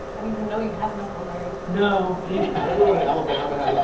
and even know you had an uncle larry. no. everyone in alabama